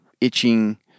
itching